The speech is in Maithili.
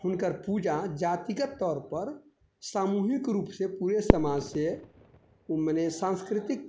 हुनकर पूजा जातिगत तौरपर सामूहिक रूपसँ पूरे समाजसँ मने सांस्कृतिक